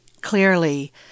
clearly